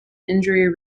injury